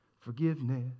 Forgiveness